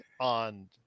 on